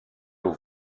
aux